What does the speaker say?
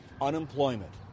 unemployment